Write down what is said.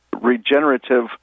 regenerative